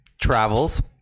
travels